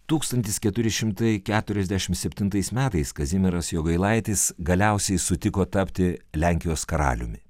tūkstantis keturi šimtai keturiasdešimt septintais metais kazimieras jogailaitis galiausiai sutiko tapti lenkijos karaliumi